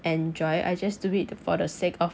enjoy I just do it for the sake of